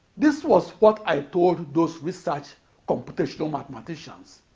this was what i told those research computational mathematicians